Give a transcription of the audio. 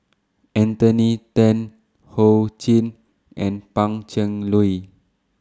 Anthony Then Ho Ching and Pan Cheng Lui